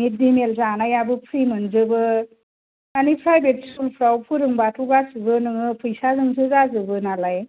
मिड day meal जानायाबो free मोनजोबो माने प्रायभेट स्कुल फोराव फोरोंबाथ' गासैबो नोङो फैसाजोंसो जाजोबो नालाय